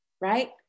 right